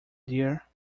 dear